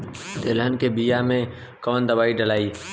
तेलहन के बिया मे कवन दवाई डलाई?